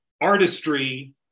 artistry